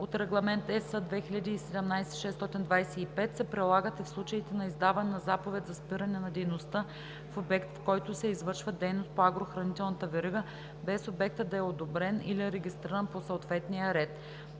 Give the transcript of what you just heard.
от Регламент (ЕС) 2017/625 се прилагат и в случаите на издаване на заповед за спиране на дейността в обект, в който се извършва дейност по агрохранителната верига, без обектът да е одобрен или регистриран по съответния ред.